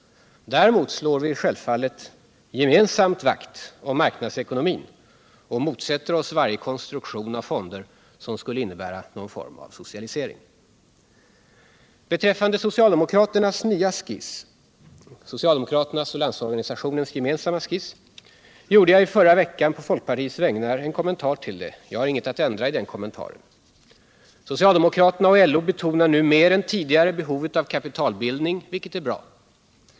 Däremot slår vi självfallet gemensamt vakt om marknadsekonomin och motsätter oss varje konstruktion av fonder som skulle innebära någon form av socialisering. Beträffande socialdemokraternas och LÖ:s nya skiss gjorde jag i förra veckan på folkpartiets vägnar en kommentar. Jag har ingenting att ändra i den kommentaren. Socialdemokraterna och LO betonar nu mer än tidigare behovet av kapitalbildning, vilket är bra.